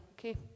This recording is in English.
okay